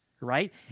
Right